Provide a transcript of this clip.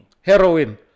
Heroin